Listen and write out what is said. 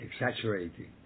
Exaggerating